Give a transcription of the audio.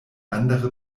andere